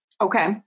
Okay